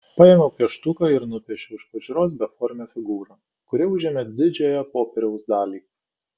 paėmiau pieštuką ir nupiešiau iš pažiūros beformę figūrą kuri užėmė didžiąją popieriaus dalį